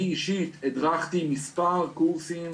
אני אישית הדרכתי מספר קורסים